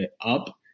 up